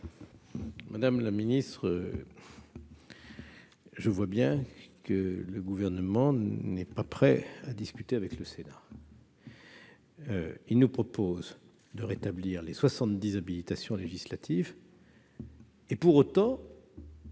Madame la ministre, je vois que le Gouvernement n'est pas prêt à discuter avec le Sénat : il souhaite rétablir les 70 habilitations législatives. Pour autant,